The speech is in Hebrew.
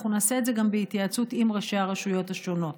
אנחנו נעשה את זה גם בהתייעצות עם ראשי הרשויות השונות.